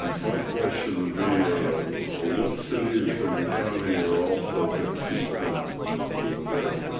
my question would be what cities in the county are also gonna suspend the bug.